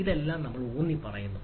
ഇതെല്ലാം ഊന്നിപ്പറയുന്നു